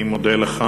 אני מודה לך.